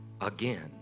again